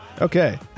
Okay